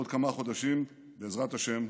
ובעוד כמה חודשים, בעזרת השם,